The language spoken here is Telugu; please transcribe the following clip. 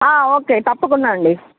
ఓకే తప్పకుండా అండి